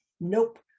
Nope